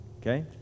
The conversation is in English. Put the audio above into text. okay